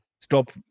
Stop